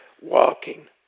walking